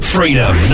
Freedom